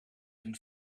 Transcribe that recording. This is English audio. and